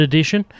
Edition